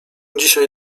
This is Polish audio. dzisiaj